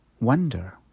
wonder